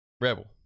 Rebel